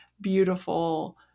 beautiful